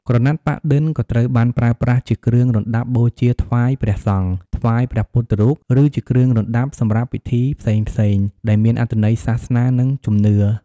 ក្រណាត់ប៉ាក់-ឌិន ក៏ត្រូវបានប្រើប្រាស់ជាគ្រឿងរណ្ដាប់បូជាថ្វាយព្រះសង្ឃ ថ្វាយព្រះពុទ្ធរូប ឬជាគ្រឿងរណ្ដាប់សម្រាប់ពិធីផ្សេងៗដែលមានអត្ថន័យសាសនា និងជំនឿ។